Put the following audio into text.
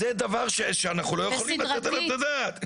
זה דבר שאנחנו לא יכולים לתת עליו את הדעת.